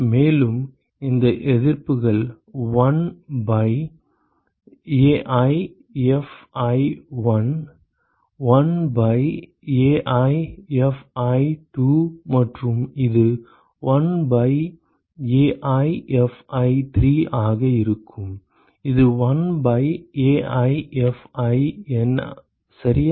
மேலும் இந்த எதிர்ப்புகள் 1 by AiFi1 1 by Ai Fi2 மற்றும் இது 1 பை AiFi3 ஆக இருக்கும் இது 1 பை AiFiN சரியா